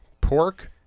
Pork